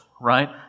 Right